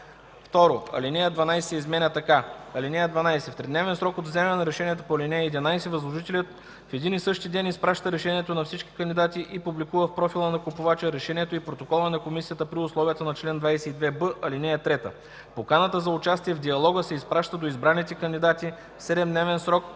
2. Алинея 12 се изменя така: